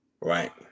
Right